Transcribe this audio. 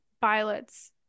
Violet's